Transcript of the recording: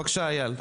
בבקשה אייל.